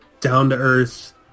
down-to-earth